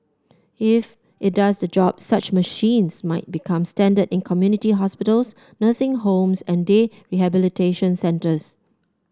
if it does the job such machines might become standard in community hospitals nursing homes and day rehabilitation centres